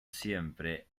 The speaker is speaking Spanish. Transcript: siempre